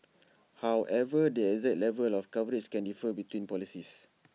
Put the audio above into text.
however the exact level of coverage can differ between policies